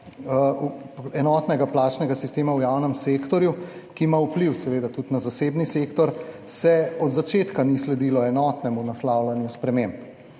enotnega plačnega sistema v javnem sektorju, ki ima vpliv seveda tudi na zasebni sektor se od začetka ni sledilo enotnemu naslavljanju sprememb.